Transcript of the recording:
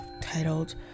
titled